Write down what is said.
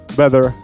better